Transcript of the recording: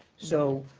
so